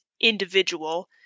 individual